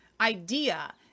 idea